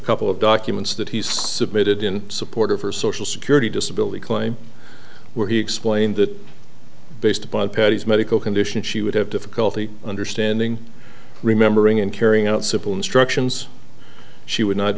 couple of documents that he's submitted in support of her social security disability claim where he explained that based upon patty's medical condition she would have difficulty understanding remembering and carrying out simple instructions she would not